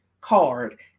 card